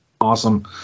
Awesome